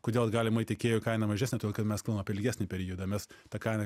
kodėl galima į tiekėjų kainą mažesnę todėl kad mes planuojam apie ilgesnį periodą mes tą kainą